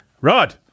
Rod